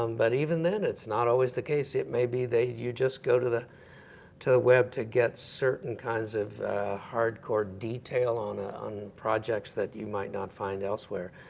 um but even then it's not always the case. it may be that you just go to the to the web to get certain kinds of hardcore detail on ah on projects that you might not find elsewhere,